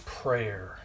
prayer